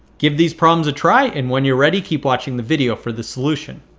give these problems a try, and when you're ready keep watching the video for the solution.